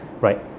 right